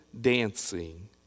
dancing